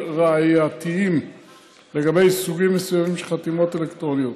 ראייתיים לגבי סוגים מסוימים של חתימות אלקטרוניות.